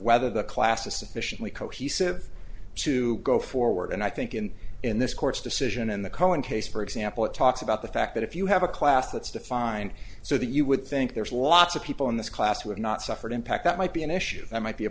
whether the class is sufficiently cohesive to go forward and i think in in this court's decision in the cohen case for example it talks about the fact that if you have a class that's defined so that you would think there's lots of people in this class who have not suffered impact that might be an issue that might be a